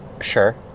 Sure